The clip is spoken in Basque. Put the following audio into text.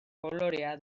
kolorea